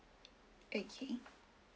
okay